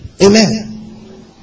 Amen